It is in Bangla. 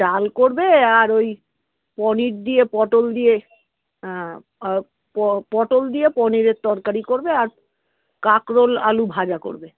ডাল করবে আর ওই পনির দিয়ে পটল দিয়ে পটল দিয়ে পনিরের তরকারি করবে আর কাঁকরোল আলু ভাজা করবে